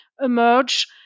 emerge